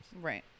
Right